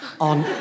on